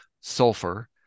sulfur